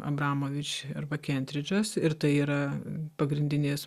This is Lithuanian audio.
abramovič arba kentridžas ir tai yra pagrindinės